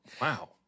Wow